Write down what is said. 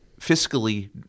fiscally-